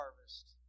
harvest